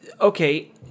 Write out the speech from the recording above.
okay